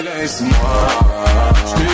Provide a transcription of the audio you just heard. laisse-moi